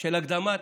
של פיזור